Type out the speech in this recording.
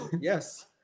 Yes